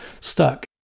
stuck